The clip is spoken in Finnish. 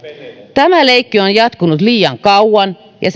tämä leikki on jatkunut liian kauan ja